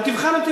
ותבחן אותי,